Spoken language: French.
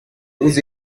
vous